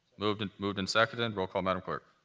moved and moved and seconded. and roll call, madam clerk.